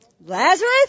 Lazarus